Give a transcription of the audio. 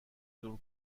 دور